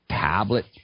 tablet